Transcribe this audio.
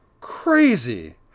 crazy